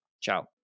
Ciao